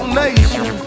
nation